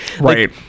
Right